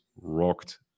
rocked